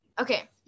Okay